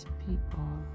people